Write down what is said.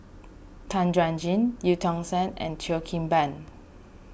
Tan Chuan Jin Eu Tong Sen and Cheo Kim Ban